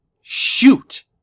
shoot